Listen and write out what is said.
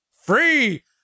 free